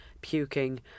puking